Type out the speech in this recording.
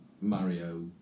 Mario